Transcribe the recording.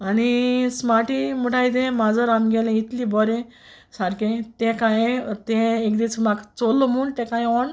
आनी स्मार्टी म्हुटाय तें माजोर आमगेलें इतलें बोरें सारकें तें कांय तें एक दीस म्हाक चोल्ल म्हूण तेक हांय व्होन